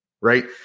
right